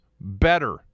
better